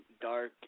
dark